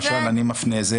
אני מפנה לזה,